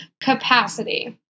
capacity